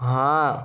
हाँ